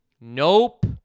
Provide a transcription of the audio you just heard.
Nope